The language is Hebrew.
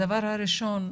הדבר הראשון,